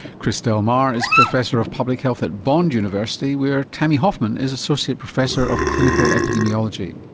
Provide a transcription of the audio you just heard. chris del mar is professor of public health at bond university where tammy hoffman is associate professor of clinical epidemiology.